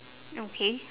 okay